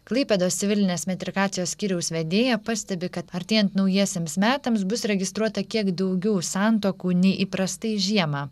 klaipėdos civilinės metrikacijos skyriaus vedėja pastebi kad artėjant naujiesiems metams bus registruota kiek daugiau santuokų nei įprastai žiemą